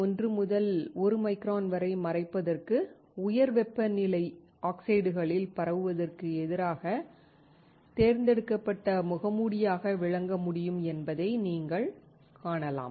1 முதல் 1 மைக்ரான் வரை மறைப்பதற்கு உயர் வெப்பநிலை ஆக்சைடுகளில் பரவுவதற்கு எதிராக தேர்ந்தெடுக்கப்பட்ட முகமூடியாக விளங்க முடியும் என்பதை நீங்கள் காணலாம்